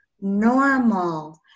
normal